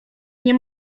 nie